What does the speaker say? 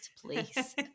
please